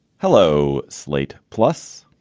hello. slate plus,